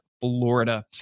Florida